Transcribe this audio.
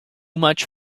much